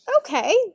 okay